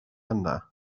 yna